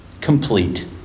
complete